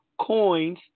coins